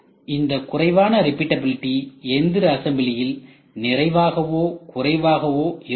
இந்த குறைவான ரிபிட்டபிலிடி எந்திர அசம்பிளியில் நிறைவாகவோ குறைவாகவோ இருக்கலாம்